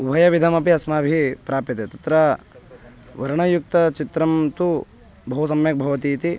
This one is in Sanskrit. उभयविधमपि अस्माभिः प्राप्यते तत्र वर्णयुक्तं चित्रं तु बहु सम्यक् भवति इति